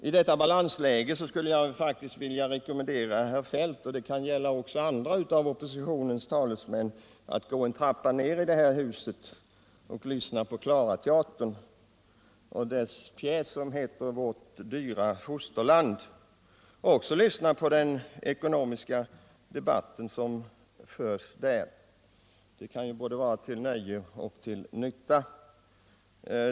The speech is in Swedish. I detta balansläge skulle jag vilja rekommendera herr Feldt — det kan gälla också andra av oppositionens talesmän — att gå en trappa ned i det här huset och lyssna på Klarateaterns pjäs Vårt dyra fosterland, och även lyssna på den ekonomiska debatt som förs där. Det kan vara till både nöje och nytta.